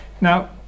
Now